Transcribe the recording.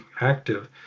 active